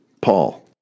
Paul